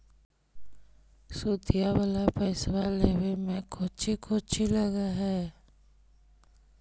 सुदिया वाला पैसबा लेबे में कोची कोची लगहय?